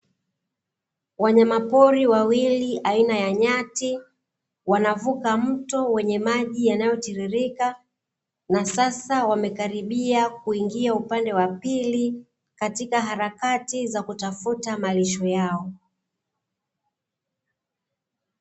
Wanyamapori wawili aina ya nyati wanavuka mto wenye maji yanayotiririka, na sasa wamekaribia kuingia upande wa pili katika harakati za kutafuta marisho yao.